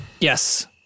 Yes